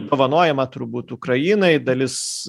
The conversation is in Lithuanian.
dovanojama turbūt ukrainai dalis